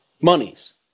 monies